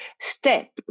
step